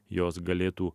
jos galėtų